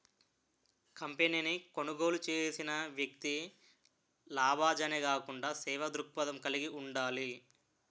కంపెనీని కొనుగోలు చేసిన వ్యక్తి లాభాజనే కాకుండా సేవా దృక్పథం కలిగి ఉండాలి